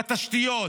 בתשתיות,